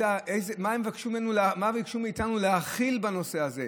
מה הם ביקשו מאיתנו להכיל בנושא הזה.